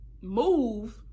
move